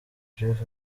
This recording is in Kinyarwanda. jeff